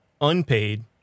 unpaid